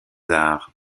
arts